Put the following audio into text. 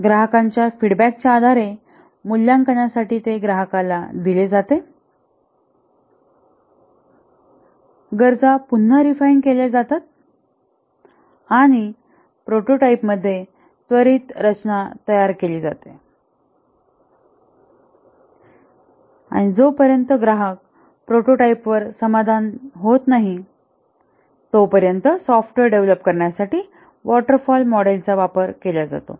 ग्राहकांच्या फीडबॅक च्या आधारे मूल्यांकनासाठी ग्राहकाला दिले जाते गरजा पुन्हा रिफाइन केले जातात आणि प्रोटोटाइपमध्ये त्वरित रचना तयार करावी लागते आणि जोपर्यंत ग्राहक प्रोटोटाइपवर समाधानी होत नाही तोपर्यंत सॉफ्टवेअर डेव्हलप करण्यासाठी वॉटर फॉल मॉडेलचा मॉडेलचा वापर केला जातो